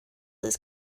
this